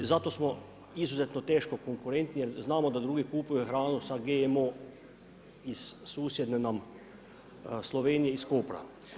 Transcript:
I zato smo izuzetno teško konkurentni, jer znamo da drugi kupuju hranu sa GMO iz susjedne nam Slovenije iz Kopra.